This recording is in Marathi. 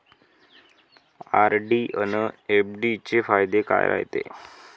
आर.डी अन एफ.डी चे फायदे काय रायते?